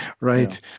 Right